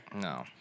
No